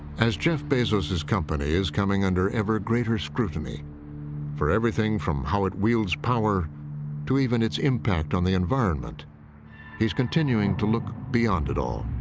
as jeff bezos's company is coming under ever greater scrutiny for everything from how it wields power to even its impact on the environment he's continuing to look beyond it all.